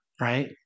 right